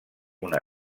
una